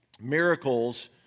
miracles